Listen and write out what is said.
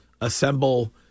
assemble